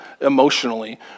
emotionally